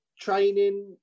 training